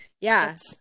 yes